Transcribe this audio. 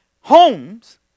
homes